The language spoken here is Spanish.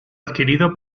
adquirido